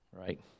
right